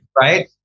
Right